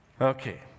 Okay